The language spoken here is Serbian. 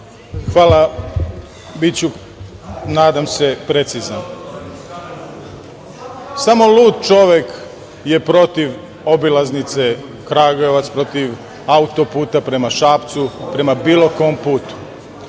Hvala. Biću nadam se precizan. Samo lud čovek je protiv obilaznice Kragujevac, protiv autoputa prema Šapcu, prema bilo kom putu,